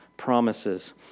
promises